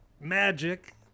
magic